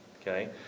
okay